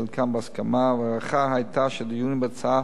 חלקם בהסכמה, וההערכה היתה שהדיונים בהצעה